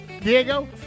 Diego